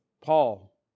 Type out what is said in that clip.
Paul